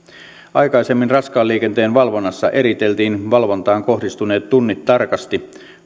aikaisemmin raskaan liikenteen valvonnassa eriteltiin valvontaan kohdistuneet tunnit tarkasti